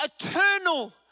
eternal